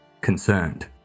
Concerned